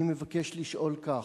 אני מבקש לשאול כך: